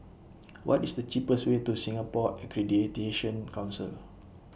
What IS The cheapest Way to Singapore Accreditation Council